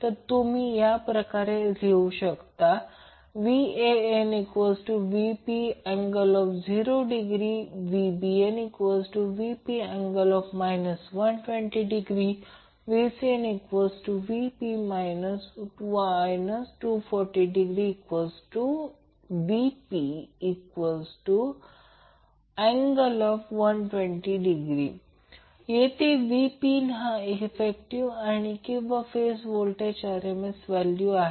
तर तुम्ही लिहू शकता VanVp∠0° VbnVp∠ 120° VcnVp∠ 240°Vp∠120° येथे Vp हा इफेक्टिव किंवा फेज व्होल्टेजची RMS व्हॅल्यू आहे